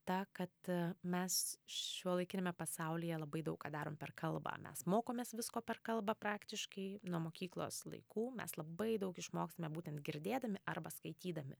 ta kad mes šiuolaikiniame pasaulyje labai daug ką darom per kalbą mes mokomės visko per kalbą praktiškai nuo mokyklos laikų mes labai daug išmokstame būtent girdėdami arba skaitydami